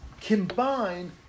combine